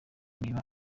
niba